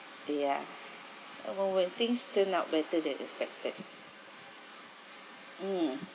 ya I know when things turn out better than expected mm